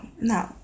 no